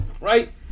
right